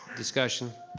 discussion,